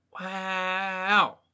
Wow